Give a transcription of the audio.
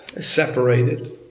separated